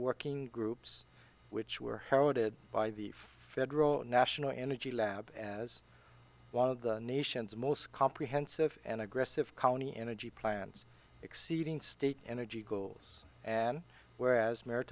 working groups which were heralded by the federal national energy lab as one of the nation's most comprehensive and aggressive county energy plans exceeding state energy goals and whereas m